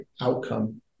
outcome